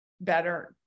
better